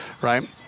right